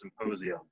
symposium